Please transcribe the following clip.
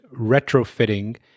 retrofitting